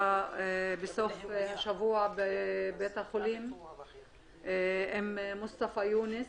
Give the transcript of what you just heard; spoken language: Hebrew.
בסוף השבוע בבית החולים עם מוסטפא יונס.